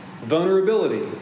vulnerability